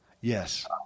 Yes